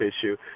issue